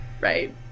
right